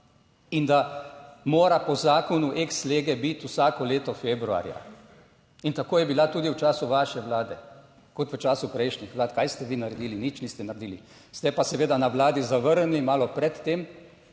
in da mora po zakonu ex lege biti vsako leto februarja in tako je bila tudi v času vaše vlade kot v času prejšnjih vlad. Kaj ste vi naredili? Nič niste naredili. Ste pa seveda na vladi zavrnili malo pred tem